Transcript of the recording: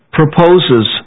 proposes